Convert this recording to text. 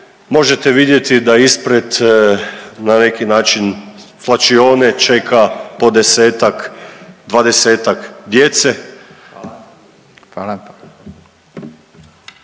Možete vidjeti da ispred na neki način svlačionice čeka po 10-tak, 20-tak djece.